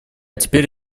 теперь